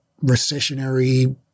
recessionary